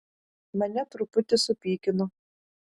mane truputį supykino